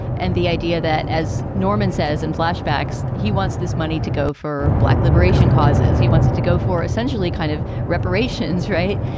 and the idea that, as norman says in flashbacks, he wants this money to go for black liberation causes. he wants it to go for essentially kind of reparations. right.